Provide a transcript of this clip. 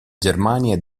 germania